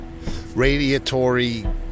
radiatory